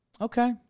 Okay